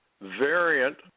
variant